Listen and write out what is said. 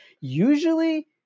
usually